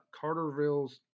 Carterville's